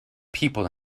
people